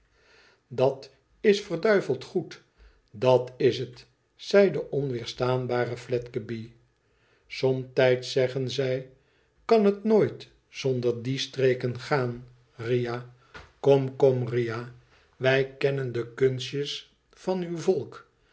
vervloeken tdafs verduiveld goed dat is bet zei de onweevstaanbate fledgeby i o onze wkderzudsche vriend somtijds zeggen zij kan het nooit zonder die streken gaan ria kom kom ria wij kennen de kunstjes van uw volk